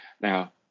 Now